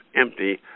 empty